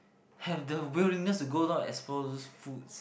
have the willingness to go down as for those food